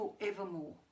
forevermore